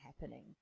happening